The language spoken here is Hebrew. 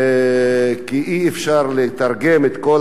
כי אי-אפשר לתרגם את כל